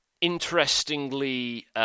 interestingly